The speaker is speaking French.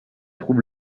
trouve